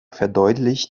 verdeutlicht